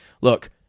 Look